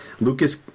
Lucas